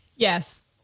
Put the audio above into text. Yes